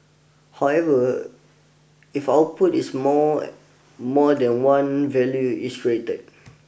however if output is more more than one value is created